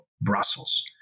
Brussels